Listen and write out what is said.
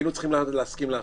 היינו צריכים להסכים להפסקה.